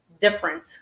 different